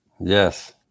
Yes